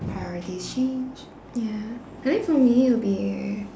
priorities change ya I think for me it'll be